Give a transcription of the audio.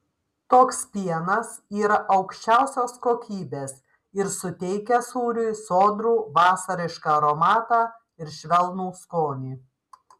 toks pienas yra aukščiausios kokybės ir suteikia sūriui sodrų vasarišką aromatą ir švelnų skonį